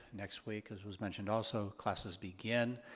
next week as was mentioned also classes begin.